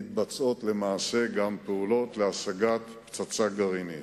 מתבצעות למעשה גם פעולות להשגת פצצה גרעינית.